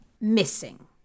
Missing